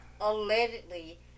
allegedly